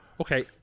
Okay